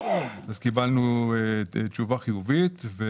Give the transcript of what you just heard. קיבלנו תשובה חיובית.